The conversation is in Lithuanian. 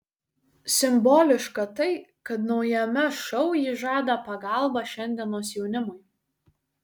simboliška tai kad naujame šou ji žada pagalbą šiandienos jaunimui